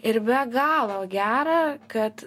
ir be galo gera kad